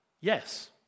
Yes